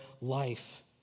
life